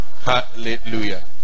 hallelujah